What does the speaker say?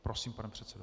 Prosím, pane předsedo.